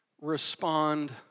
respond